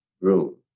room